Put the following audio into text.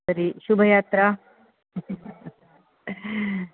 तर्हि शुभयात्रा